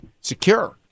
secure